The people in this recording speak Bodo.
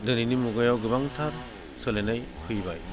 दिनैनि मुगायाव गोबांथार सोलायनाय फैबाय